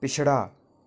पिछड़ा